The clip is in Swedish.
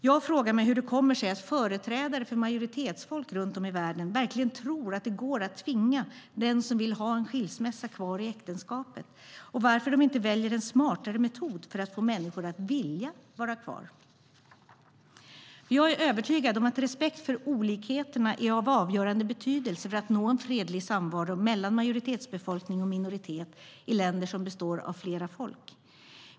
Jag frågar mig hur det kommer sig att företrädare för majoritetsfolk runt om i världen verkligen tror att det går att tvinga den som vill ha en skilsmässa att vara kvar i äktenskapet och varför de inte väljer en smartare metod för att få människor att vilja vara kvar. Jag är övertygad om att respekt för olikheterna är av avgörande betydelse för att nå en fredlig samvaro mellan majoritetsbefolkning och minoritet i länder som består av flera folk.